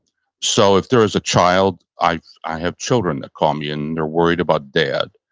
so if there's a child, i i have children that call me and they're worried about dad.